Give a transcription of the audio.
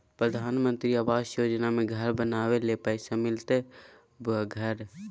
प्रधानमंत्री आवास योजना में घर बनावे ले पैसा मिलते बोया घर?